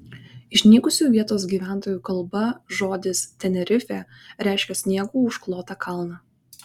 išnykusių vietos gyventojų kalba žodis tenerifė reiškia sniegu užklotą kalną